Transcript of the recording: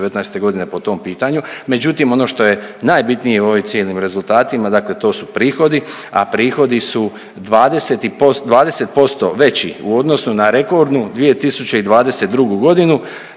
g. po tom pitanju, međutim, ono što je najbitnije u ovim cijelim rezultatima, dakle to su prihodi, a prihodi su 20. .../nerazumljivo/... 20% veći u odnosu na rekordnu 2022. g.,